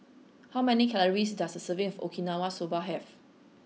how many calories does a serving of Okinawa soba have